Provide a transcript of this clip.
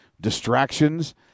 distractions